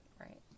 Right